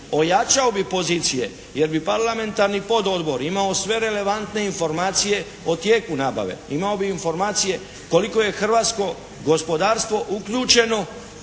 ojačao bi pozicije jer bi parlamentarni pododbor imao sve relevantne informacije o tijeku nabave. Imao bi informacije koliko je hrvatsko gospodarstvo uključeno